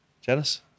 Janice